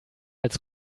als